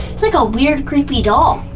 it's like a weird creepy doll.